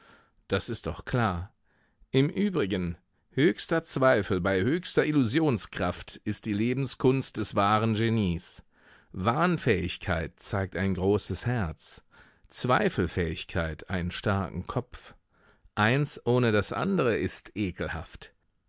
das ist doch klar im übrigen höchster zweifel bei höchster illusionskraft ist die lebenskunst des wahren genies wahnfähigkeit zeigt ein großes herz zweifelfähigkeit einen starken kopf eins ohne das andere ist ekelhaft